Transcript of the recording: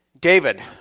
David